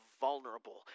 vulnerable